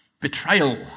Betrayal